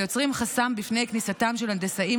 ויוצרים חסם בפני כניסתם של הנדסאים